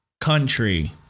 country